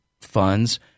funds